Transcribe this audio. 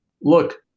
Look